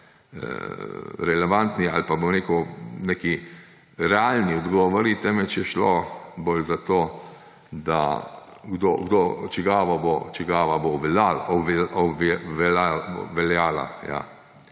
relevantni ali pa, bom rekel, neki realni odgovori, temveč je šlo bolj za to, čigava bo obveljala.